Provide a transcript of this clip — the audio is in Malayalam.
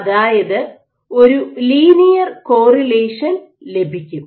അതായത് ഒരു ലീനിയർ കോറിലേഷൻ ലഭിക്കും